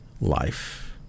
life